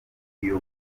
iyo